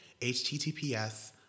https